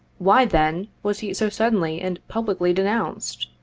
why, then, was he so suddenly and publicly denounced?